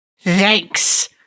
Thanks